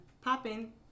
popping